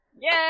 Yay